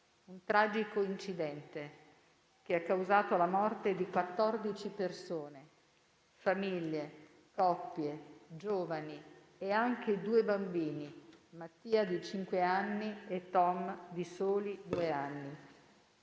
Un tragico incidente che ha causato la morte di 14 persone: famiglie, coppie, giovani e anche due bambini, Mattia di cinque anni e Tom di soli due anni.